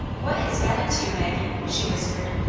what has got into you, maggie? she whispered,